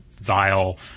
vile